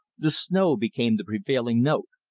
the snow became the prevailing note.